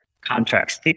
contracts